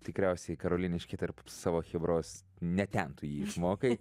tikriausiai karoliniškių tarp savo chebros ne ten tu jį išmokai